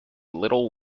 little